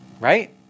right